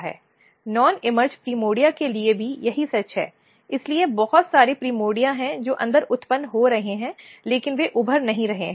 गैर उभरे हुए प्राइमर्डिया के लिए भी यही सच है इसलिए बहुत सारे प्राइमर्डिया हैं जो अंदर उत्पन्न हो रहे हैं लेकिन वे उभर नहीं रहे हैं